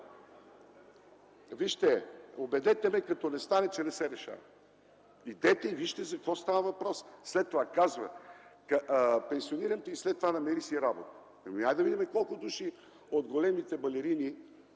Вижте, убедете ме, като не стане, че не се решава. Идете и вижте за какво става въпрос. По-нататък казва: пенсионирам те и след това си намери работа. Хайде да видим колко души от големите балерини